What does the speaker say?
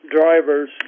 drivers